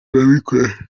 babikora